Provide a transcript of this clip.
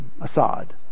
Assad